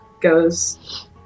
goes